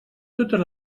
totes